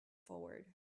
forward